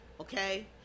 Okay